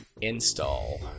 Install